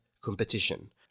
competition